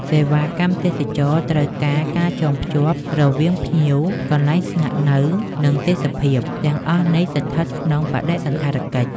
សេវាកម្មទេសចរណ៍ត្រូវការ ការចងភ្ជាប់រវាងភ្ញៀវ កន្លែងស្នាក់ និងទេសភាព ទាំងអស់នេះស្ថិតក្នុងបដិសណ្ឋារកិច្ច។